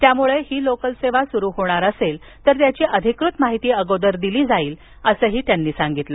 त्यामुळं ही लोकल सेवा सुरु होणार असेल तर त्याची अधिकृत माहिती दिली जाईल असंही त्यांनी सांगितलं